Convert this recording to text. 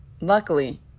Luckily